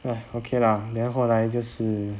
!hais! okay lah then 后来就是